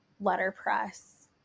letterpress